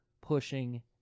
pushing